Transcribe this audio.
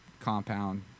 compound